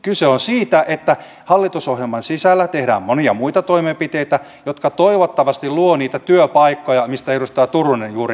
kyse on siitä että hallitusohjelman sisällä tehdään monia muita toimenpiteitä jotka toivottavasti luovat niitä työpaikkoja mistä edustaja turunen juuri äsken puhui